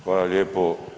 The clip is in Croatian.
Hvala lijepo.